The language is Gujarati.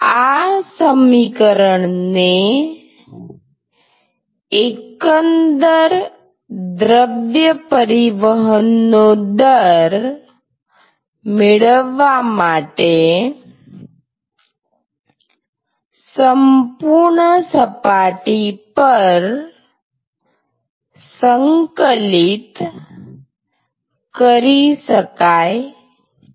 આ સમીકરણને એકંદર દ્રવ્ય પરિવહનનો દર મેળવવા માટે સંપૂર્ણ સપાટી વિસ્તાર પર સંકલિત કરી શકાય છે